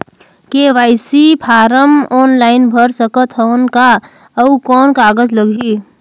KYC form online भर सकत हवं का? अउ कौन कागज लगही?